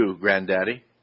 granddaddy